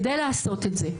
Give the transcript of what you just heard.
כדי לעשות את זה,